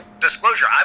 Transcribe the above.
disclosure